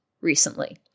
recently